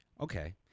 Okay